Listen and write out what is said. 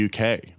UK